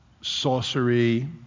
sorcery